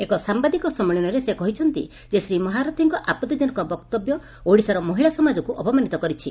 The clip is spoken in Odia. ଏକ ସାମ୍ଘାଦିକ ସମ୍ମିଳନୀରେ ସେ କହିଛନ୍ତି ଯେ ଶ୍ରୀ ମହାରଥିଙ୍ଙ ଆପଉିଜନକ ବକ୍ତବ୍ୟ ଓଡ଼ିଶାର ମହିଳା ସମାଜକୁ ଅପମାନିତ କରିଛି